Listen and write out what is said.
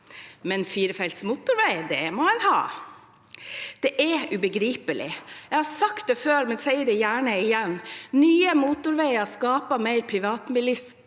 men firefelts motorvei, det må man ha. Det er ubegripelig. Jeg har sagt det før, men sier det gjerne igjen: Nye motorveier skaper mer privatbilisme,